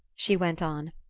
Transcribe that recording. she went on,